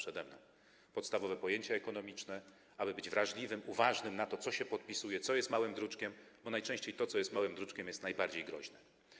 Chodzi o podstawowe pojęcia ekonomiczne, aby być wrażliwym, uważnym na to, co się podpisuje, co jest małym druczkiem, bo najczęściej to, co jest małym druczkiem, jest najbardziej groźne.